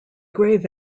grave